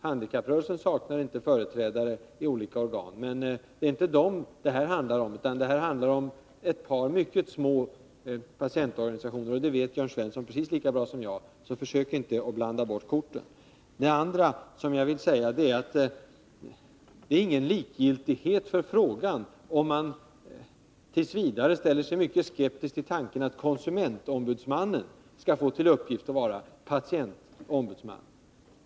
Handikapprörelsen saknar inte företrädare i olika organ, men det är inte handikapporganisationerna det här handlar om utan ett par mycket små patientorganisationer. Det vet Jörn Svensson lika bra som jag, så försök inte blanda ihop begreppen. Det andra jag vill säga är att det inte är likgiltighet för frågan om man t. v. ställer sig mycket skeptisk till tanken att konsumentombudsmannen skall få till uppgift att vara patientombudsman.